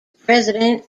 president